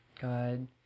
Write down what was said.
God